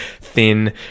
thin